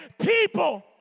people